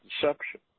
deception